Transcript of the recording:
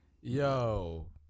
Yo